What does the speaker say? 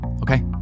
Okay